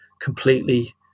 completely